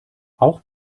auch